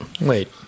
Wait